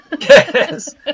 Yes